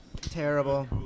Terrible